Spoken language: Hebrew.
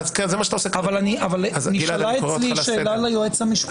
נשאלה אצלי שאלה ליועץ המשפטי.